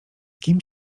kim